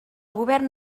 govern